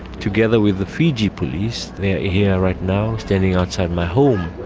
together with the fiji police, they're here right now, standing outside my home.